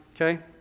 okay